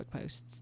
posts